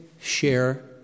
share